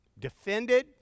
defended